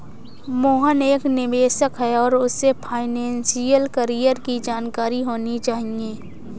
मोहन एक निवेशक है और उसे फाइनेशियल कैरियर की जानकारी होनी चाहिए